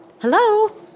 Hello